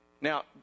Now